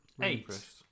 Eight